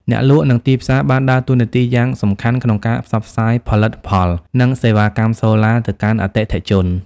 អ្នកលក់ និងទីផ្សារបានដើរតួនាទីយ៉ាងសំខាន់ក្នុងការ ផ្សព្វផ្សាយផលិតផល និងសេវាកម្ម សូឡាទៅកាន់អតិថិជន។